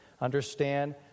Understand